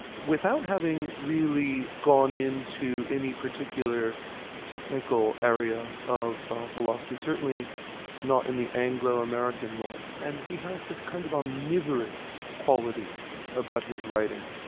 without having really gone in to any particular technical area of philosophy, certainly not in the anglo american mould. and he has this kind of omnivorous quality about his writing,